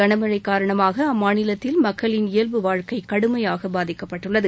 கனமழைக் காரணமாக அம்மாநிலத்தில் மக்களின் இயல்பு வாழ்க்கை கடுமையாக பாதிக்கப்பட்டுள்ளது